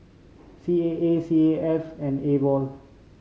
C A A C A F and AWOL